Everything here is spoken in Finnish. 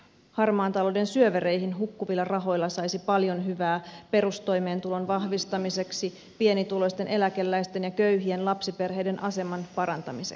harmaan talouden syövereihin hukkuvilla rahoilla saisi paljon hyvää perustoimeentulon vahvistamiseksi pienituloisten eläkeläisten ja köyhien lapsiperheiden aseman parantamiseksi